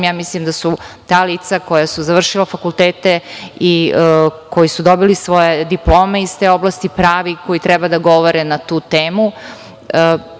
Mislim da su ta lica koja su završila fakultete i koji su dobili svoje diplome iz te oblasti, pravi koji treba da govore na tu